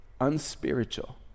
unspiritual